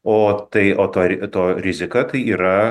o tai o ta to rizika tai yra